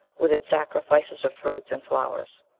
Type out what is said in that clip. with its sacrifices of fruits and flowers.